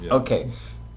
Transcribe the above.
okay